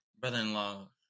brother-in-law